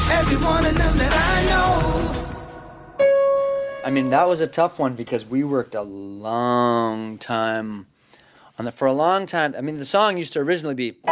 um i mean, that was a tough one because we worked a long time on the for a long time i mean, the song used to originally be